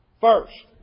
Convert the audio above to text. First